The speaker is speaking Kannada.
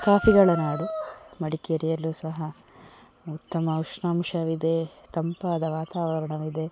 ಕಾಫಿಗಳ ನಾಡು ಮಡಿಕೇರಿಯಲ್ಲೂ ಸಹ ಉತ್ತಮ ಉಷ್ಣಾಂಶವಿದೆ ತಂಪಾದ ವಾತಾವರಣವಿದೆ